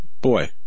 Boy